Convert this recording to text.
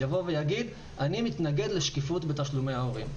יבוא ויגיד: אני מתנגד לשקיפות בתשלומי הורים.